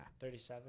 37